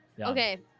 Okay